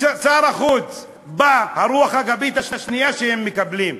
שר החוץ בא, הרוח הגבית השנייה שהם מקבלים,